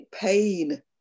pain